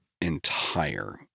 entire